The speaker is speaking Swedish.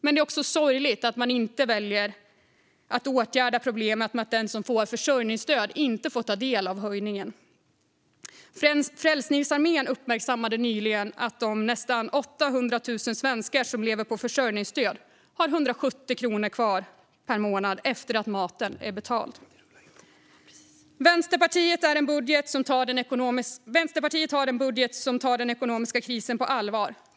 Men det är också sorgligt att man inte väljer att åtgärda problemet med att den som får försörjningsstöd inte får ta del av höjningen. Frälsningsarmén uppmärksammade nyligen att de nästan 800 000 svenskar som lever på försörjningsstöd har 170 kronor kvar per månad efter att maten är betald. Vänsterpartiet har en budget som tar den ekonomiska krisen på allvar.